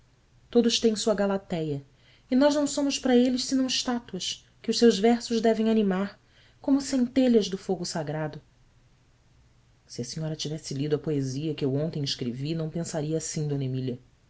todos têm sua galatéia e nós não somos para eles senão estátuas que os seus versos devem animar como centelhas do fogo sagrado e a senhora tivesse lido a poesia que eu ontem escrevi não pensaria assim d emília